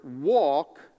walk